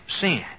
sin